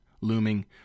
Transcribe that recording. looming